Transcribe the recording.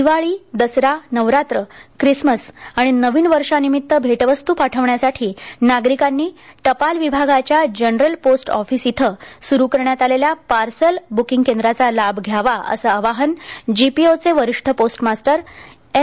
Diwali Dussehra Navratri Christmas आणि नवीन वर्षानिमित्त भेट वस्तू पाठविण्यासाठी नागरिकांनी टपाल विभागाच्या जनरल पोस्ट ऑफीस जीपीओ येथे सुरू करण्यात आलेल्या पार्सल ब्कींग केंद्राचा लाभ घ्यावा असं आवाहन देखील जीपीओचे वरीष्ठ पोस्ट मास्तर एन